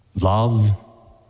love